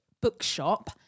bookshop